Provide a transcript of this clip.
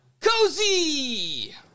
Cozy